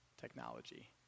technology